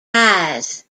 eyes